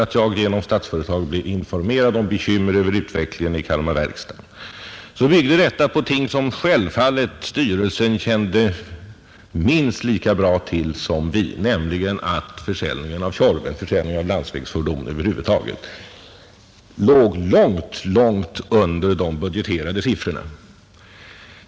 När jag genom Statsföretag blev informerad om bekymmer över utvecklingen i Kalmar verkstads AB byggde den informationen på förhållanden som styrelsen självfallet kände minst lika bra till som vi, nämligen att försäljningen av Tjorven låg långt under de budgeterade siffrorna.